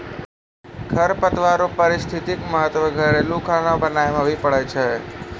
खरपतवार रो पारिस्थितिक महत्व घरेलू खाना बनाय मे भी पड़ै छै